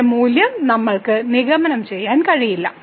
ഇതിന്റെ മൂല്യം നമ്മൾക്ക് നിഗമനം ചെയ്യാൻ കഴിയില്ല